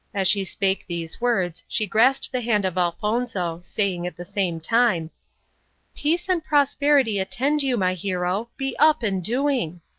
as she spake these words she grasped the hand of elfonzo, saying at the same time peace and prosperity attend you, my hero be up and doing!